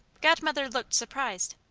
godmother looked surprised.